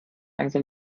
langsam